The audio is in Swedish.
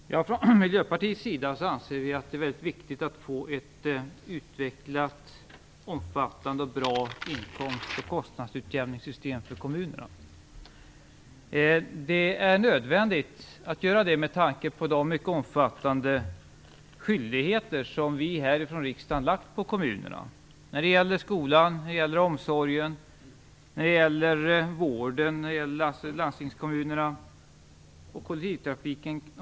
Fru talman! Från Miljöpartiets sida anser vi att det är väldigt viktigt att få ett utvecklat, omfattande och bra inkomst och kostnadsutjämningssystem för kommunerna. Det är nödvändigt med tanke på de mycket omfattande skyldigheter som riksdagen lagt på kommunerna när det gäller skolan och omsorgen, och på landstingskommunerna när det gäller vården, och för den delen också kollektivtrafiken.